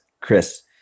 Chris